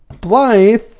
Blythe